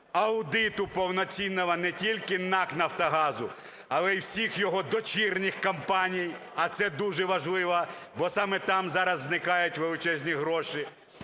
аудиту повноцінного, не тільки НАК "Нафтогазу", але і всіх його дочірніх компаній, а це дуже важливо, бо саме там зараз зникають величезні гроші.